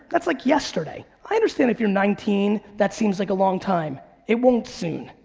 that's like yesterday. i understand if you're nineteen, that seems like a long time. it won't soon.